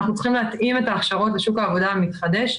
אנחנו צריכים להתאים את ההכשרות לשוק העבודה המתחדש.